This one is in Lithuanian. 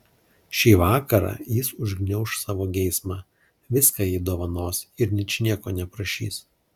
šį vakarą jis užgniauš savo geismą viską jai dovanos ir ničnieko neprašys